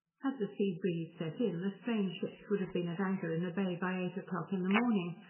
had the sea breeze set in, the strange ships would have been at anchor in the bay by eight o'clock in the morning,